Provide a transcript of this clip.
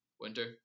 Winter